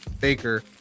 Baker